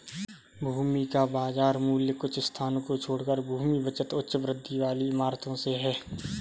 भूमि का बाजार मूल्य कुछ स्थानों को छोड़कर भूमि बचत उच्च वृद्धि वाली इमारतों से है